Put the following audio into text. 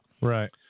Right